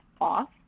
off